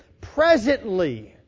presently